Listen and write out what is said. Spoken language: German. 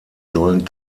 sollen